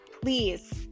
Please